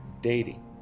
dating